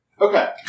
Okay